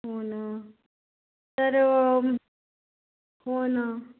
हो ना तर हो ना